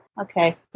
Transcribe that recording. Okay